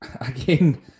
again